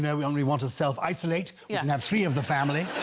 yeah we only want to self-isolate yeah and have three of the family